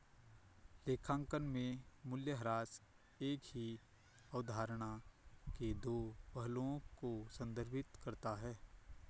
लेखांकन में मूल्यह्रास एक ही अवधारणा के दो पहलुओं को संदर्भित करता है